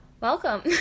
Welcome